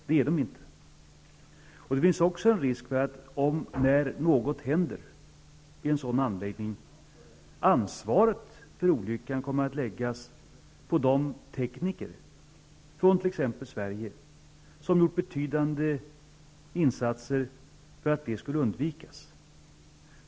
Det är de inte. Det finns också en risk för att om/när något händer i en sådan anläggning, ansvaret för olyckan kommer att läggas på de tekniker från t.ex. Sverige som gjort betydande insatser för att det skulle undvikas.